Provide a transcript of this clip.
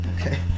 okay